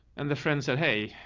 and the friends that, hey,